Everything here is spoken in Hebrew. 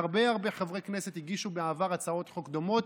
הרבה הרבה חברי כנסת הגישו בעבר הצעות חוק דומות.